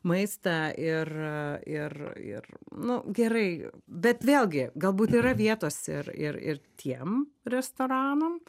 maistą ir ir ir nu gerai bet vėlgi galbūt yra vietos ir ir ir tiem restoranam